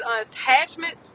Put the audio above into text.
attachments